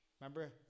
Remember